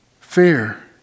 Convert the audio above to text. Fear